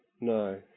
No